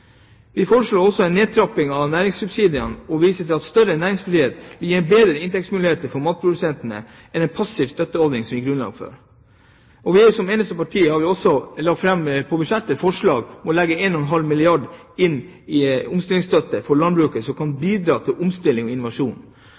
Vi foreslår en nedtrapping av næringssubsidiene og viser til at større næringsfrihet vil gi bedre inntektsmuligheter for matprodusentene enn det passive støtteordninger gir grunnlag for. Som eneste parti har vi i budsjettet lagt fram forslag om å legge 1,5 milliarder kr i omstillingsstøtte for landbruket, som skal bidra til omstilling og innovasjon.